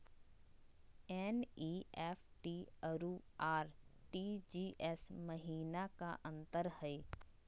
NEFT अरु RTGS महिना का अंतर हई?